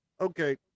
Okay